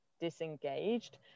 disengaged